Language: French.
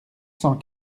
cent